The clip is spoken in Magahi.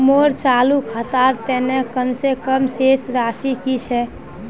मोर चालू खातार तने कम से कम शेष राशि कि छे?